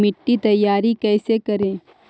मिट्टी तैयारी कैसे करें?